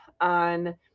on